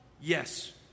Yes